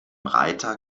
reiter